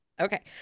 Okay